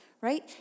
right